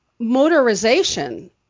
motorization